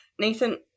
Nathan